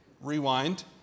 rewind